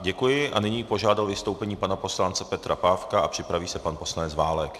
Děkuji a nyní bych požádal o vystoupení pana poslance Petra Pávka a připraví se pan poslanec Válek.